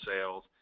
sales